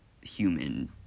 human